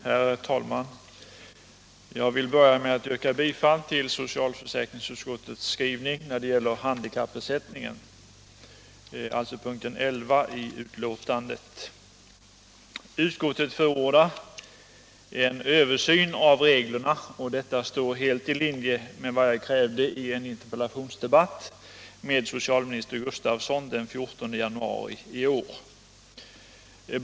Herr talman! Jag vill börja med att understryka vad socialförsäkringsutskottet skrivit när det gäller handikappersättningen och yrka bifall till utskottets hemställan i punkten 2, moment 11. Utskottet förordar en översyn av reglerna, och det står helt i linje med vad jag krävde i en interpellationsdebatt med socialminister Gustavsson den 14 januari i år.